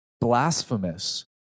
blasphemous